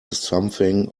something